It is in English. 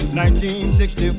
1960